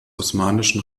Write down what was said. osmanischen